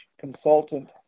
consultant